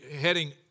heading